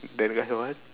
that guy what